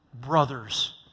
Brothers